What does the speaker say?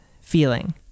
feeling